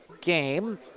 game